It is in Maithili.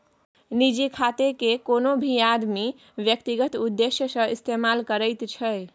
निजी खातेकेँ कोनो भी आदमी व्यक्तिगत उद्देश्य सँ इस्तेमाल करैत छै